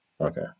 Okay